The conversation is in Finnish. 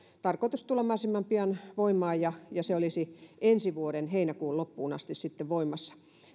tarkoitus tulla mahdollisimman pian voimaan ja ja se olisi ensi vuoden heinäkuun loppuun asti voimassa